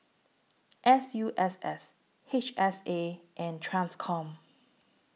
S U S S H S A and TRANSCOM